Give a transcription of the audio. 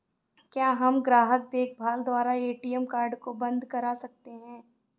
क्या हम ग्राहक देखभाल द्वारा ए.टी.एम कार्ड को बंद करा सकते हैं?